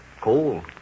Cool